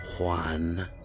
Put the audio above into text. Juan